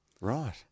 Right